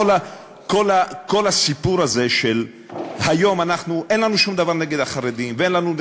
כל הסיפור הזה של היום: אין לנו שום דבר נגד החרדים ואין לנו,